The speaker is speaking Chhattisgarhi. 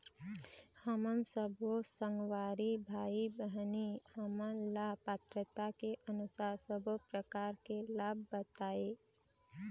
हमन सब्बो संगवारी भाई बहिनी हमन ला पात्रता के अनुसार सब्बो प्रकार के लाभ बताए?